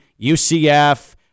UCF